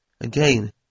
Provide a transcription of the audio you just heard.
Again